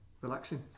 relaxing